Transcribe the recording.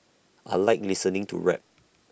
I Like listening to rap